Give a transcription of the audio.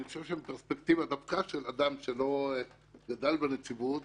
אני חושב שבפרספקטיבה דווקא של אדם שלא גדל בנציבות,